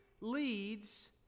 leads